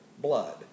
blood